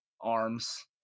arms